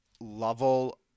level